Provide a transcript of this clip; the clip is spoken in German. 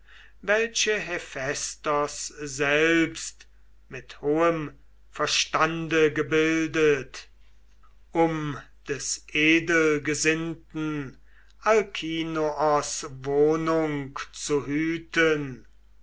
welche hephaistos selbst mit hohem verstande gebildet um des edelgesinnten alkinoos wohnung zu hüten